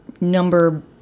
number